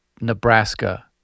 Nebraska